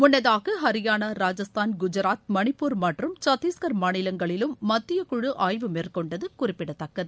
முன்னதாக ஹரியானா ராஜஸ்தான் குஜராத் மணிப்பூர் மற்றம் சத்தீஷ்கர் மாநிலங்களிலும் மத்தியக்குழு ஆய்வு மேற்கொண்டது குறிப்பிடத்தக்கது